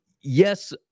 Yes